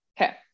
Okay